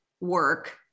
work